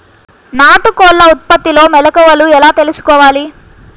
నాటుకోళ్ల ఉత్పత్తిలో మెలుకువలు ఎలా తెలుసుకోవాలి?